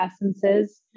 essences